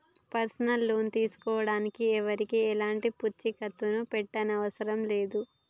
personal loan తీసుకోడానికి ఎవరికీ ఎలాంటి పూచీకత్తుని పెట్టనవసరం లేదు